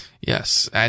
Yes